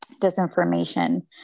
disinformation